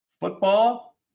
Football